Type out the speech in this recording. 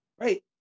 Right